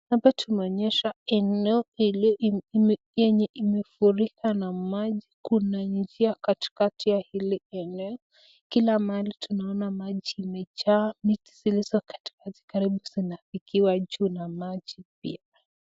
Hapa tunaonyeshwa eneo yenye imefurika na maji. Kuna njia katikati ya hili eneo. Kila mahali tunaona maji imejaa. Miti zilizo katikati karibu zinafikiwa juu na maji pia.